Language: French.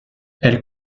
elle